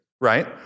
right